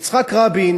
יצחק רבין